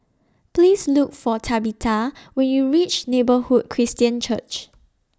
Please Look For Tabitha when YOU REACH Neighbourhood Christian Church